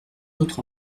autres